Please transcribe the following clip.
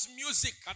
music